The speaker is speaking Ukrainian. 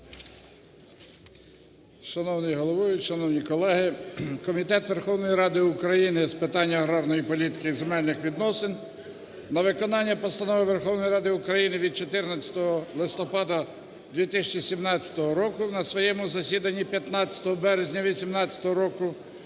Шановний головуючий, шановні колеги, Комітет Верховної Ради України з питань аграрної політики і земельних відносин на виконання Постанови Верховної Ради України від 14 листопада 2017 року на своєму засіданні 15 березня 2018 року